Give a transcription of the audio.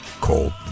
called